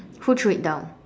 who threw it down